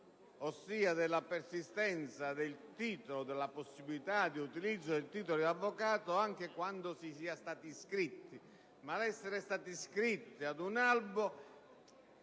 ossia della persistenza del titolo, vale a dire della possibilità di utilizzo del titolo di avvocato anche quando si sia stati iscritti. Essere stati iscritti ad un Albo